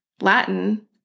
Latin